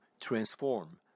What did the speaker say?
transform